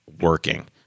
working